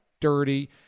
dirty